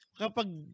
kapag